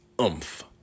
oomph